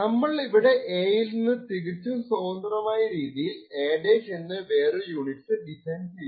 നമ്മൾ ഇവിടെ എ യിൽ നിന്ന് തികച്ചും സ്വതന്ത്രമായ രീതിയിൽ എ A എന്ന വേറൊരു യൂണിറ്സ് ഡിസൈൻ ചെയ്തു